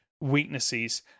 weaknesses